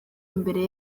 imbere